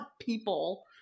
people